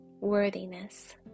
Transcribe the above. worthiness